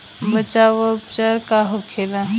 बचाव व उपचार का होखेला?